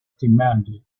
demanded